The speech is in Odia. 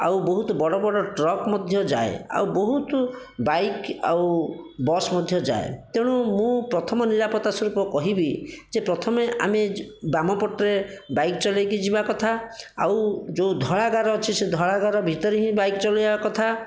ଆଉ ବହୁତ୍ ବଡ଼ ବଡ଼ ଟ୍ରକ୍ ମଧ୍ୟ ଯାଏ ଆଉ ବହୁତ ବାଇକ୍ ଆଉ ବସ୍ ମଧ୍ୟ ଯାଏ ତେଣୁ ମୁଁ ପ୍ରଥମ ନିରାପତ୍ତା ସ୍ୱରୂପ କହିବି ଯେ ପ୍ରଥମେ ଆମେ ବାମପଟେ ବାଇକ୍ ଚଲେଇକି ଯିବା କଥା ଆଉ ଯେଉଁ ଧଳା ଗାର ଅଛି ସେ ଧଳା ଗାର ଭିତରେ ହିଁ ବାଇକ୍ ଚଲେଇବା କଥା